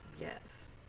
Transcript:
Yes